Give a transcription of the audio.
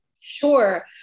Sure